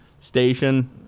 Station